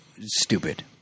stupid